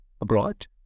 abroad